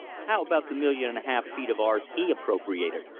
how about the million and a half feet of ours he appropriated?